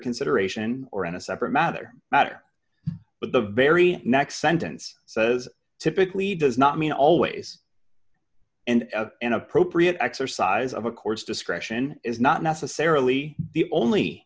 consideration or in a separate matter matter but the very next sentence says typically does not mean always and an appropriate exercise of a court's discretion is not necessarily the only